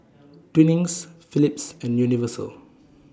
Twinings Philips and Universal